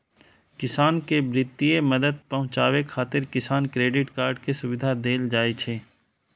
किसान कें वित्तीय मदद पहुंचाबै खातिर किसान क्रेडिट कार्ड के सुविधा देल जाइ छै